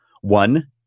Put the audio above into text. One